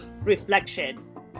reflection